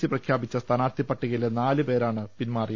C പ്രഖ്യാപിച്ച സ്ഥാനാർഥി പട്ടികയിലെ നാല് പേരാണ് പിൻമാറിയത്